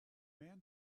man